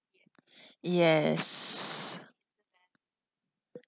yes